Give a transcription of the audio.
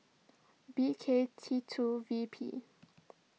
B K T two V P